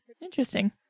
Interesting